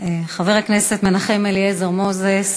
חבר הכנסת מנחם אליעזר מוזס.